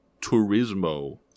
Turismo